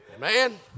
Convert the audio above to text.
man